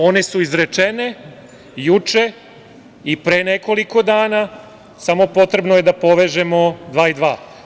One su izrečene juče i pre nekoliko dana, samo je potrebno da povežemo dva i dva.